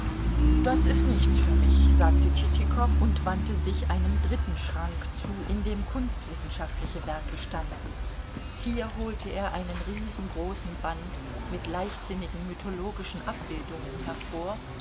das ist nichts für mich sagte tschitschikow und wandte sich einem dritten schrank zu in dem kunstwissenschaftliche werke standen hier holte er einen riesengroßen band mit leichtsinnigen mythologischen abbildungen hervor